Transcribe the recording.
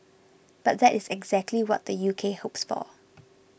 but that is exactly what the U K hopes for